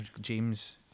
James